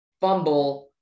fumble